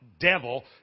devil